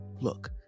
look